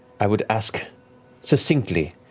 i would ask succinctly,